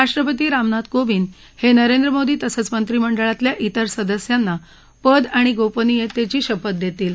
राष्ट्रपती रामनाथ कोविंद हे नरेंद्र मोदी तसंच मंत्री मंडळातल्या तिर सदस्यांना पद आणि गोपनियतेची शपथ देतील